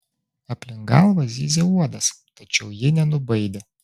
aplink galvą zyzė uodas tačiau ji nenubaidė